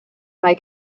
mae